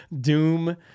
Doom